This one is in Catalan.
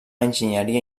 enginyeria